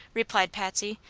replied patsy,